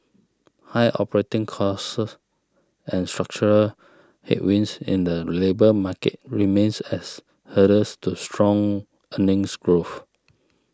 high operating costs and structural headwinds in the labour market remains as hurdles to strong earnings growth